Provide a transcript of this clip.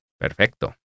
Perfecto